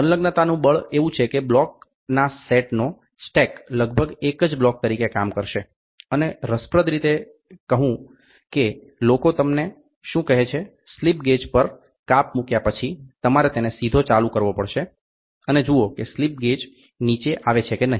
સંલગ્નતાનું બળ એવું છે કે બ્લોક્સના સેટનો સ્ટેક લગભગ એક જ બ્લોક તરીકે કામ કરશે અને રસપ્રદ રીતે કહ્યું કે લોકો તમને શું કહે છે સ્લિપ ગેજ પર કાપ મૂક્યા પછી તમારે તેને સીધો ચાલુ કરવો પડશે અને જુઓ કે સ્લિપ ગેજ નીચે આવે છે કે નહીં